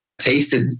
tasted